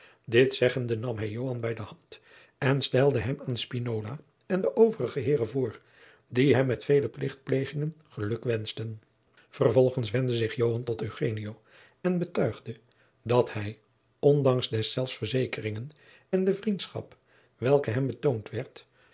pleegzoon gende nam hij joan bij de hand en stelde hem aan spinola en de overige heeren voor die hem met vele plichtplegingen geluk wenschten vervolgens wendde zich joan tot eugenio en betuigde dat hij ondanks deszelfs verzekeringen en de vriendschap welke hem betoond